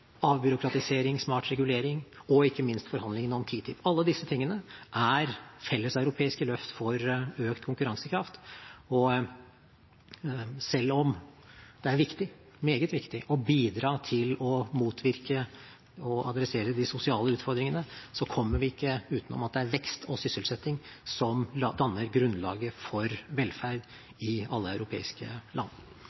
avbyråkratisering, smart regulering og ikke minst forhandlingene om TTIP – alle disse tingene er felleseuropeiske løft for økt konkurransekraft. Selv om det er meget viktig å bidra til å motvirke og adressere de sosiale utfordringene, kommer vi ikke utenom at det er vekst og sysselsetting som danner grunnlaget for velferd i alle europeiske land.